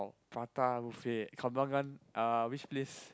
prata buffet Kembangan uh which place